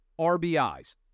RBIs